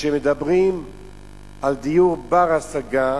וכשמדברים על דיור בר-השגה,